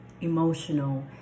emotional